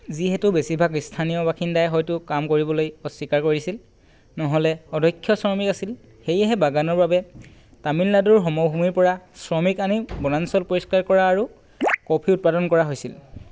যিহেতু বেছিভাগ স্থানীয় বাসিন্দাই হয়তো কাম কৰিবলৈ অস্বীকাৰ কৰিছিল নহ'লে অদক্ষ শ্ৰমিক আছিল সেয়েহে বাগানৰ বাবে তামিলনাডুৰ সমভূমিৰ পৰা শ্ৰমিক আনি বনাঞ্চল পৰিষ্কাৰ কৰা আৰু কফি উৎপাদন কৰা হৈছিল